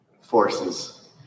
forces